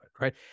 right